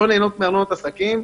לא נהנות מארנונת עסקים,